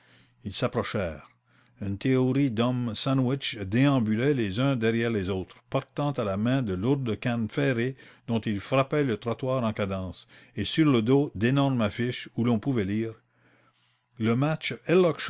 il s'approcha une théorie dhommes sandwich déambulaient les uns derrière les autres portant à la main de lourdes cannes ferrées dont ils frappaient le trottoir en cadence et sur le dos d'énormes affiches où l'on pouvait lire